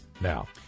Now